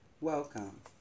Welcome